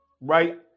right